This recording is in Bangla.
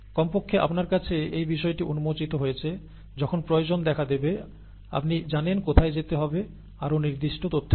কমপক্ষে আপনার কাছে এই বিষয়টি উন্মোচিত হয়েছে যখন প্রয়োজন দেখা দেবে আপনি জানেন কোথায় যেতে হবে আরও নির্দিষ্ট তথ্যের জন্য